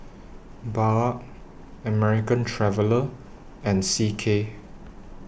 Bajaj American Traveller and C K